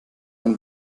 ein